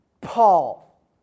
Paul